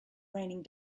raining